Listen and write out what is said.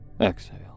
Exhale